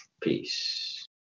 Peace